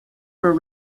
for